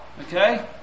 Okay